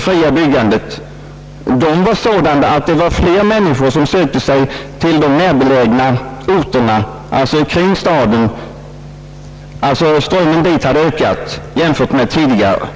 fria byggandet visade att strömmen av människor var större till de närbelägna orterna kring staden än den varit tidigare.